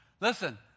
Listen